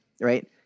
right